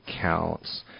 counts